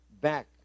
back